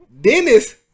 Dennis